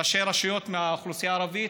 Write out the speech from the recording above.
ראשי רשויות מהאוכלוסייה הערבית,